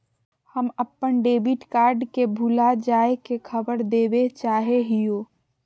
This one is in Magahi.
हम अप्पन डेबिट कार्ड के भुला जाये के खबर देवे चाहे हियो